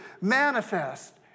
manifest